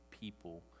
people